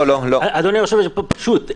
אדוני היושב-ראש, יש פה דבר פשוט.